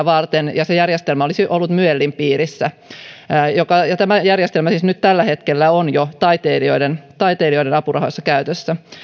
varten ja se järjestelmä olisi ollut myelin piirissä ja tämä järjestelmä siis nyt tällä hetkellä on jo taiteilijoiden taiteilijoiden apurahoissa käytössä